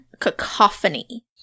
cacophony